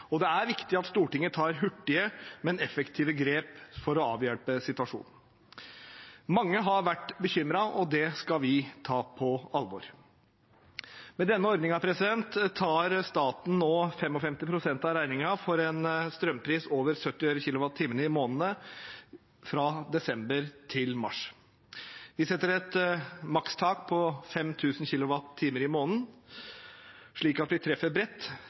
landet. Det er viktig at Stortinget tar hurtige, men effektive grep for å avhjelpe situasjonen. Mange har vært bekymret, og det skal vi ta på alvor. Med denne ordningen tar staten 55 pst. av regningen for en strømpris over 70 øre kWh i månedene fra desember til mars. Vi setter et makstak på 5 000 kWh i måneden, slik at vi treffer bredt,